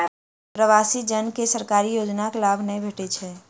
प्रवासी जन के सरकारी योजनाक लाभ नै भेटैत छै